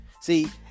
See